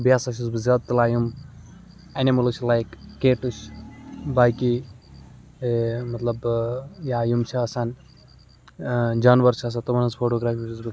بیٚیہِ ہَسا چھُس بہٕ زیادٕ تُلان یِم ایٚنِمٕلٕز چھِ لایک کیٹٕز چھِ باقٕے مطلب یا یِم چھِ آسان جانوَر چھِ آسان تِمَن ہِنٛز فوٹوٗگرٛافی چھُس بہٕ